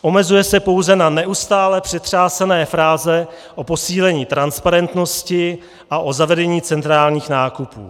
Omezuje se pouze na neustále přetřásané fráze o posílení transparentnosti a o zavedení centrálních nákupů.